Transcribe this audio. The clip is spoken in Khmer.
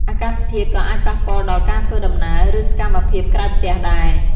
អាកាសធាតុក៏អាចប៉ះពាល់ដល់ការធ្វើដំណើរ ឬសកម្មភាពក្រៅផ្ទះដែរ។